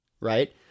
right